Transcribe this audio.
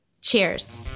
Cheers